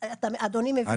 אדוני מבין אותי?